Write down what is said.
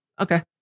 okay